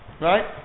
Right